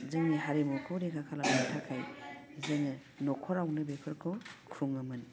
जोंनि हारिमुखौ रैखा खालामनो थाखाय जोङो नख'रावनो बेफोरखौ खुङोमोन